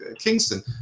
Kingston